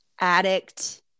addict